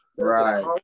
Right